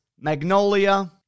magnolia